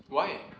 why